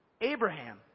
Abraham